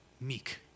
meek